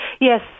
Yes